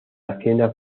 hacienda